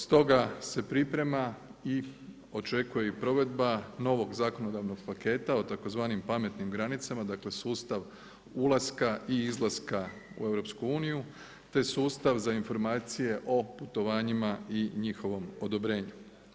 Stoga se priprema i očekuje i provedba novog zakonodavnog paketa o tzv. pametnim granicama dakle sustav ulaska i izlaska u EU te sustav za informacije o putovanjima i njihovom odobrenju.